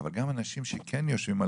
אבל גם אנשים שכן יושבים על